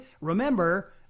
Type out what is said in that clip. remember